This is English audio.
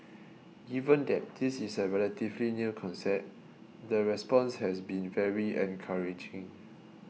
given that this is a relatively new concept the response has been very encouraging